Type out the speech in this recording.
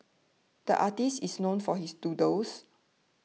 the artist is known for his doodles